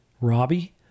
Robbie